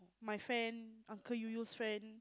my friend uncle you used friend